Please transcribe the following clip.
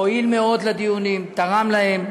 הועיל מאוד לדיונים, תרם להם.